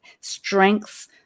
strengths